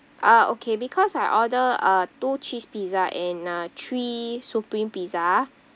ah okay because I order uh two cheese pizza and uh three supreme pizza